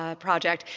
ah project.